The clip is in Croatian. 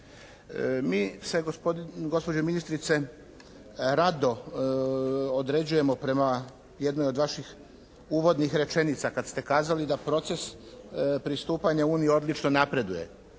Mi se gospođo ministrice rado određujemo prema jednoj ova vaših uvodnih rečenica kad ste kazali da proces pristupanja Uniji odlično napreduje.